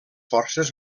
forces